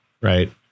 right